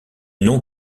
non